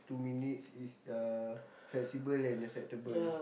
two minutes is uh flexible and acceptable